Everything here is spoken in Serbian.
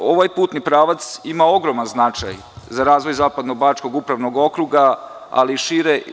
Ovaj putni pravac ima ogroman značaj za razvoj Zapadnobačkog upravnog okruga, ali i šire.